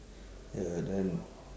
ya and then